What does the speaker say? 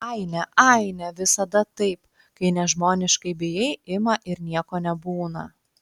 aine aine visada taip kai nežmoniškai bijai ima ir nieko nebūna